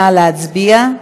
נא להצביע.